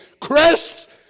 Chris